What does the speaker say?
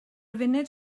funud